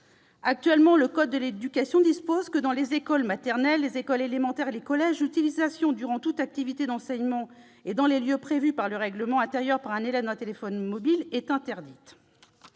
adapté. Le code de l'éducation dispose actuellement que « dans les écoles maternelles, les écoles élémentaires et les collèges, l'utilisation durant toute activité d'enseignement et dans les lieux prévus par le règlement intérieur, par un élève, d'un téléphone mobile est interdite